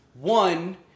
one